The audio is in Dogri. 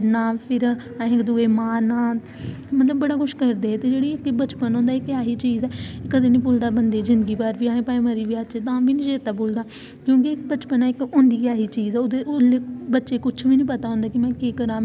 फिर उद्धर गेमस च बड़ा कुछ होंदा फाउल होंदे खेलने च बड़ा मजा आंदा ओह् अग्गे अग्गे भेजदे मतलब अगर अस शैल खेलचै ओह् साढ़ी खेल गी करदे अग्गे अग्गे भेजदे बच्चा बड़ा शैल खेला दा ऐ